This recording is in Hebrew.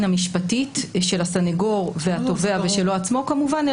המשפטית של הסניגור והתובע ושלו עצמו כמובן,